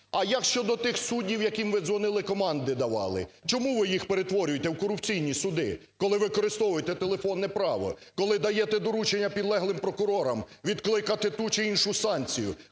А як щодо тих суддів, яким ви дзвонили, команди давали. Чому ви їх перетворюєте в корупційні суди? Коли використовуєте телефонне право, коли даєте доручення підлеглим прокурорам відкликати ту чи іншу санкцію.